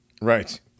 Right